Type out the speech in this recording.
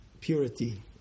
purity